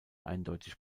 eindeutig